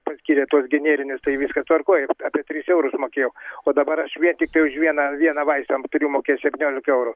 paskyrė tuos generinius tai viskas tvarkoj apie tris eurus mokėjau o dabar aš vien tiktai už vieną vieną vaistą turiu mokėt septyniolika eurų